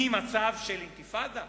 ממצב של אינתיפאדה,